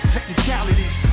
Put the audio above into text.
Technicalities